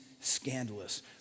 scandalous